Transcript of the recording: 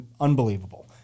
unbelievable